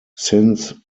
since